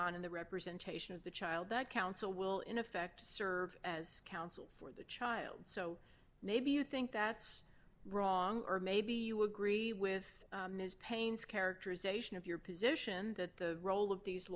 on in the representation of the child that counsel will in effect serve as counsel for the child so maybe you think that's wrong or maybe you agree with ms paine's characterization of your position that the role of these